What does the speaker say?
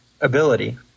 ability